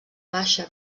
baixa